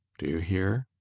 do you hear?